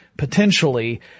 potentially